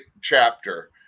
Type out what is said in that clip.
chapter